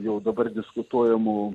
jau dabar diskutuojamų